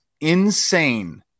insane